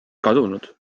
kadunud